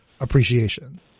appreciation